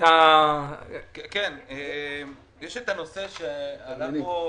יש את הנושא שאנחנו,